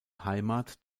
heimat